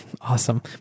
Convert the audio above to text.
Awesome